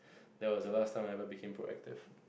that was the last time I ever became proactive